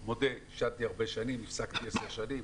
אני מודה שעישנתי הרבה שנים והפסקתי לפני עשר שנים.